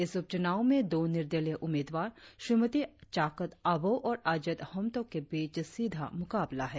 इस उप चुनाव में दो निर्दलीय उम्मीदवार श्रीमती चाकत आबोह और अजेत होमटोक के बीच सीधा मुकाबला है